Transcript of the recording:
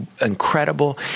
incredible